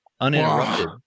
uninterrupted